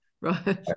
Right